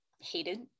hated